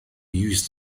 use